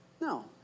No